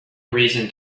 reason